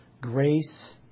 Grace